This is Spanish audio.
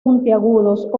puntiagudos